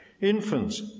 infants